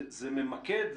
זה ממקד.